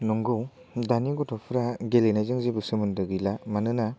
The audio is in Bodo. नंगौ दानि गथ'फ्रा गेलेनायजों जेबो सोमोन्दो गैला मानोना